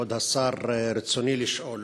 כבוד השר, רצוני לשאול: